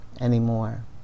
anymore